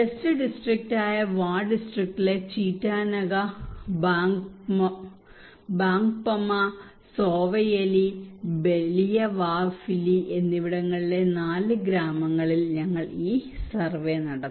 west ഡിസ്ട്രിക്റ്റായ വാ ഡിസ്ട്രിക്ടിലെ ചീറ്റാനഗ ബാങ്ക്പമാ സോവയെലി ബലിയവാഫിലി എന്നിവിടങ്ങളിലെ നാല് ഗ്രാമങ്ങളിൽ ഞങ്ങൾ ഈ സർവേ നടത്തി